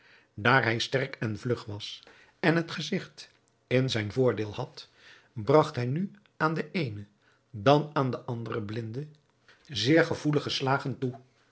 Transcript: hij sterk en vlug was en het gezigt in zijn voordeel had bragt hij nu aan den eenen dan aan den anderen blinde zeer gevoelige slagen toe